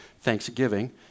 thanksgiving